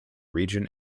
region